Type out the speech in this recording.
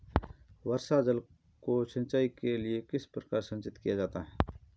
वर्षा जल को सिंचाई के लिए किस प्रकार संचित किया जा सकता है?